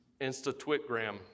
InstaTwitgram